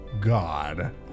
God